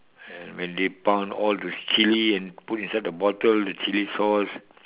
when they pound all the Chili and put inside the bottle the Chili sauce